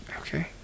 Okay